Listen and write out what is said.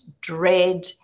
dread